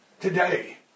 Today